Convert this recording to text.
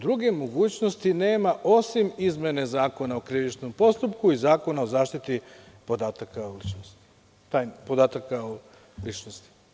Druge mogućnosti nema, osim izmene Zakona o krivičnom postupku i Zakona o zaštiti podataka o ličnosti.